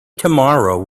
tomorrow